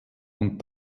und